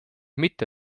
mitte